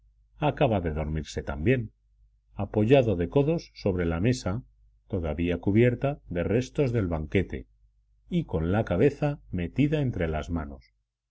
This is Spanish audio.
acaba de dormirse también apoyado de codos sobre la mesa todavía cubierta de restos del banquete y con la cabeza metida entre las manos